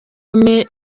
kagame